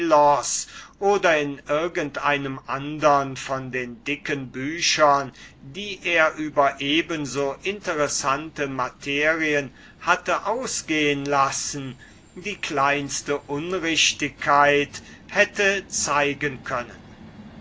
oder in irgend einem andern von den dicken büchern die er über eben so interessante materien hatte ausgehen lassen die kleinste unrichtigkeit hätte zeigen können